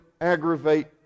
aggravate